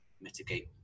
mitigate